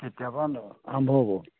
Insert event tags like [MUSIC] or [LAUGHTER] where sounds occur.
[UNINTELLIGIBLE] আৰম্ভ হ'ব